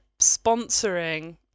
sponsoring